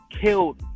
killed